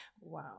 Wow